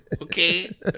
Okay